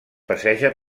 passeja